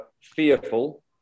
fearful